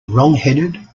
wrongheaded